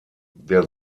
der